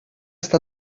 està